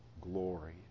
glory